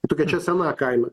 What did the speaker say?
tokia čia sena kaina